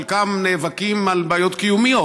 חלקם נאבקים על בעיות קיומיות,